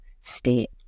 state